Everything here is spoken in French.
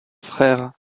frères